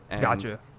Gotcha